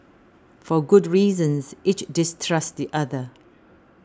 for good reasons each distrusts the other